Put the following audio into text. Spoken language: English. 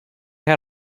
had